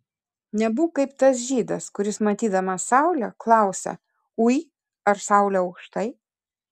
nebūk kaip tas žydas kuris matydamas saulę klausia ui ar saulė aukštai